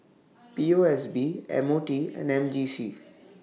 P O S B M O T and M J C